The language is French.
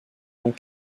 ont